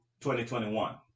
2021